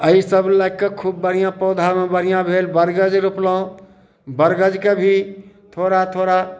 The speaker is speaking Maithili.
अइ सभ लअके खूब बढ़िआँ पौधा ओइमे बढ़िआँ भेल बड़गद रोपलहुँ बड़गदके भी थोड़ा थोड़ा